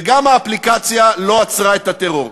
וגם האפליקציה לא עצרה את הטרור.